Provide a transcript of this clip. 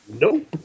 Nope